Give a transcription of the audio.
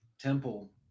Temple